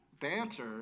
banter